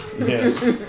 Yes